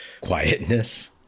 quietness